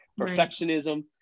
perfectionism